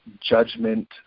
judgment